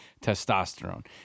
testosterone